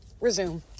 resume